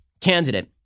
candidate